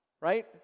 Right